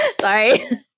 sorry